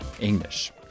English